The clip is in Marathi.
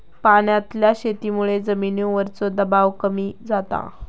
पाण्यातल्या शेतीमुळे जमिनीवरचो दबाव कमी जाता